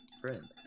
friend